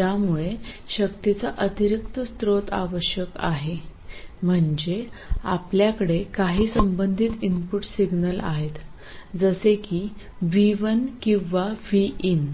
त्यामुळे शक्तीचा अतिरिक्त स्रोत आवश्यक आहे म्हणजे आपल्याकडे काही संबंधित इनपुट सिग्नल आहेत जसे की v1 किंवा vin